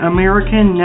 American